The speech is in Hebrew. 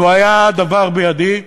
לו היה הדבר בידי,